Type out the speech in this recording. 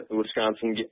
Wisconsin